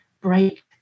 break